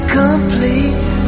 complete